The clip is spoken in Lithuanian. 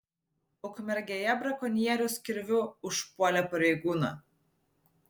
ukmergėje brakonierius kirviu užpuolė pareigūną